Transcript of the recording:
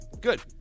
Good